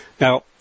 Now